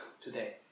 today